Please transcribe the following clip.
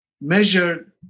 measured